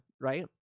right